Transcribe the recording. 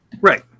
right